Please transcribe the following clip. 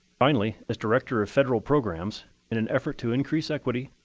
finally, as director of federal programs, in an effort to increase equity,